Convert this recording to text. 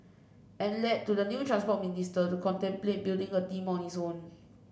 and led to the new Transport Minister to contemplate building a team on his own